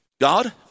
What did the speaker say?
God